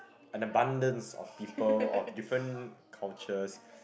an abundance of people of different cultures